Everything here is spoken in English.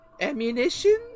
ammunition